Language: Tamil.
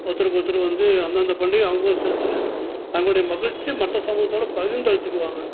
ஒருத்தருக்கு ஒருத்தர் வந்து அந்தந்த பண்டிகையை தங்களுடைய மகிழ்ச்சி மற்ற சமூகத்தோட பகிர்ந்து அளிச்சிக்குவாங்க